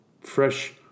fresh